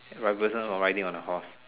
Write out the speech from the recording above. like a person riding on a horse